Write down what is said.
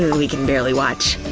we can barely watch!